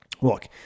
Look